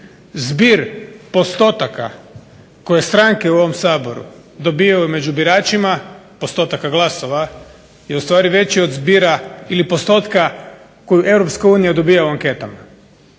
Zbir postotaka koje stranke u ovom Saboru dobivaju među biračima postotak glasova je ustvari veći od zbira ili postotka koju Europska unija